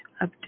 up